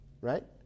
right